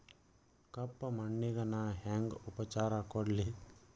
ಕಪ್ಪ ಮಣ್ಣಿಗ ನಾ ಹೆಂಗ್ ಉಪಚಾರ ಕೊಡ್ಲಿ?